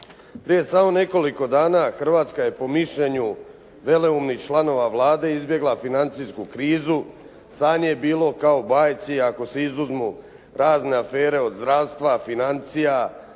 Prije samo nekoliko dana Hrvatska je po mišljenju veleumnih članova Vlade izbjegla financijsku krizu. Stanje je bio kao u bajci ako se izuzmu razne afere od zdravstva, financija